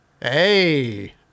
Hey